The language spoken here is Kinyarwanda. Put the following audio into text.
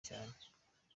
cyane